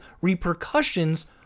repercussions